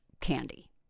candy